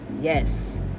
Yes